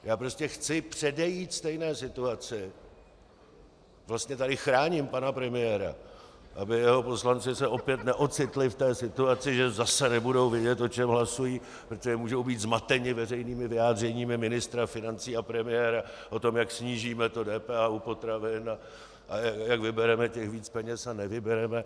Já prostě chci předejít stejné situaci, vlastně tady chráním pana premiéra, aby jeho poslanci se opět neocitli v situaci, že zase nebudou vědět, o čem hlasují, protože můžou být zmateni veřejnými vyjádřeními ministra financí a premiéra o tom, jak snížíme to DPH u potravin a jak vybereme víc peněz a nevybereme.